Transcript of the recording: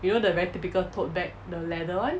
you know the very typical tote bag the leather one